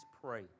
pray